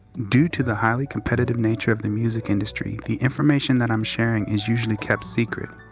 due to the highly competitive nature of the music industry, the information that i'm sharing is usually kept secret.